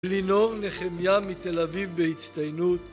לינור נחמיה מתל אביב בהצטיינות